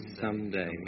someday